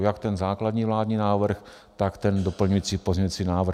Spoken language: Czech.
Jak ten základní vládní návrh, tak ten doplňující pozměňující návrh.